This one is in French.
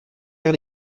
vers